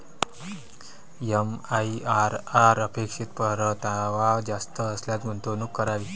MIRR अपेक्षित परतावा जास्त असल्यास गुंतवणूक करावी